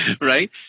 right